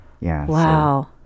Wow